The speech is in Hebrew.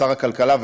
לשר הכלכלה,